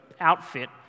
outfit